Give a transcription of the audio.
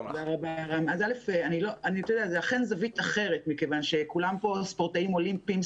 זאת אכן זווית אחרת מכיוון שכולם פה ספורטאים אולימפיים,